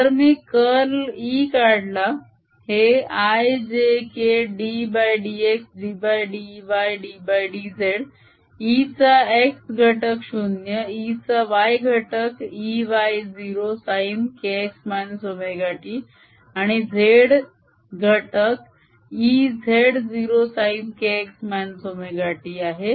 जर मी curl E काढला हे ijk ddx ddy ddz E चा x घटक 0 E चा y घटक Ey0 sin kx ωt आणि z घटक बरोबर Ez0 sin kx ωt आहे